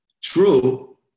true